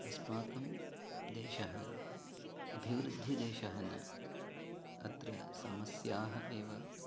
अस्माकं देशः अभिवृद्धः देशः न अत्र समस्याः एव